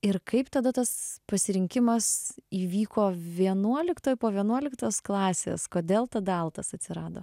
ir kaip tada tas pasirinkimas įvyko vienuoliktoj po vienuoliktos klasės kodėl tada altas atsirado